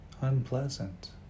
unpleasant